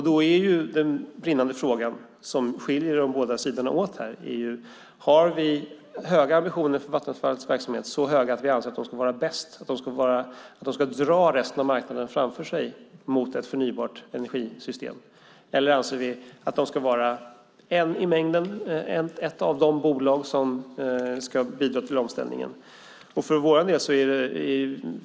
Då är den brännande frågan som skiljer de båda sidorna åt följande: Har vi så höga ambitioner för Vattenfalls verksamhet att vi anser att de ska vara bäst och dra resten av marknaden framför sig mot ett förnybart energisystem eller anser vi att de ska vara ett i mängden av de bolag som ska bidra till omställningen?